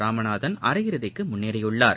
ராமநாதன் அரையறுதிக்கு முன்னேறியுள்ளார்